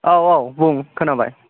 औ औ बुं खोनाबाय